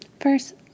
first